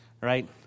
right